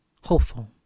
hopeful